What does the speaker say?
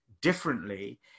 differently